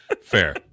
fair